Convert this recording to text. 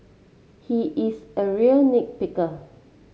he is a real nit picker